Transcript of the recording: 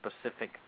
specific